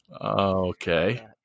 Okay